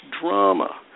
drama